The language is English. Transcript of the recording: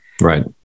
Right